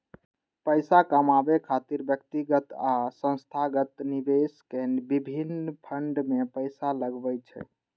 पैसा कमाबै खातिर व्यक्तिगत आ संस्थागत निवेशक विभिन्न फंड मे पैसा लगबै छै